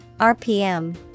RPM